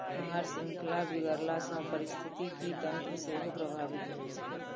आहार शृंखला बिगड़ला सॅ पारिस्थितिकी तंत्र सेहो प्रभावित होइत छै